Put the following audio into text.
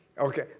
Okay